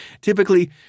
Typically